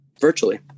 virtually